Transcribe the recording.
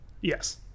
Yes